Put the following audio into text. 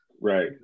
Right